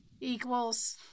equals